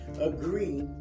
agree